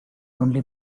only